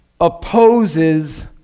opposes